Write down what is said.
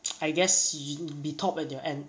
I guess you can be top at your end